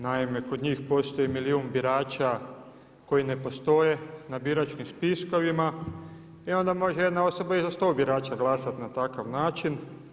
Naime, kod njih postoji milijun birača koji ne postoje na biračkim spiskovima i onda može jedna osoba i za sto birača glasati na takav način.